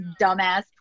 dumbass